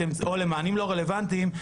או למענים לא רלוונטיים,